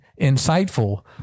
insightful